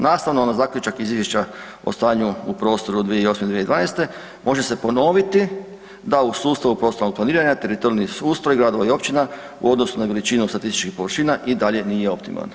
Nastavno na zaključak Izvješća o stanju u prostoru 2008.-2012., može se ponoviti da u sustavu prostornog planiranja teritorijalni ustroj gradova i općina u odnosu na veličinu statističkih površina, i dalje nije optimalan“